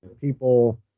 people